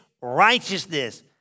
righteousness